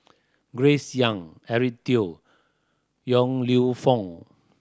Grace Young Eric Teo Yong Lew Foong